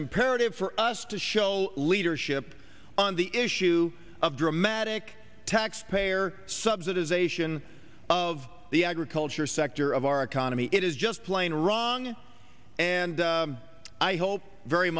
imperative for us to show leadership on the issue of dramatic taxpayer subsidization of the agriculture sector of our economy it is just plain wrong and i hope very